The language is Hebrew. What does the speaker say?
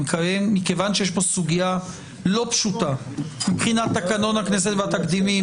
מכיוון שיש פה סוגיה לא פשוטה מבחינת תקנון הכנסת והתקדימים,